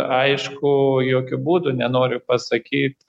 aišku jokiu būdu nenoriu pasakyt